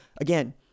Again